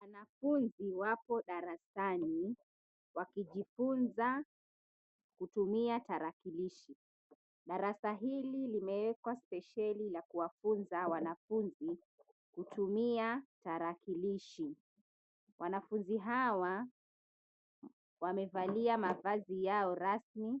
Wanafunzi wapo darasani wakijifunza kutumia tarakilishi. Darasa hili limewekwa spesheli la kuwafunza wanafunzi kutumia tarakilishi. Wanafunzi hawa wamevalia mavazi yao rasmi